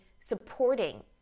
supporting